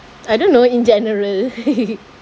I don't know in general